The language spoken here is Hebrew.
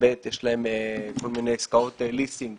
ויש להם כל מיני עסקאות ליסינג